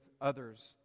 others